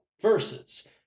verses